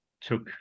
took